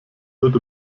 wird